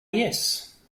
yes